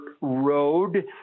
road